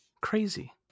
Crazy